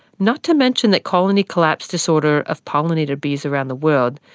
not to mention that colony collapse disorder of pollinator bees around the world,